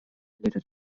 later